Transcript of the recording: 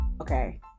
Okay